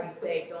say,